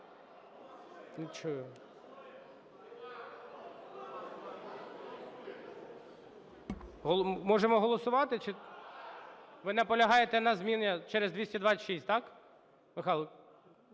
Можемо голосувати? Ви наполягаєте на зміні через 226, так?